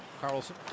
Carlson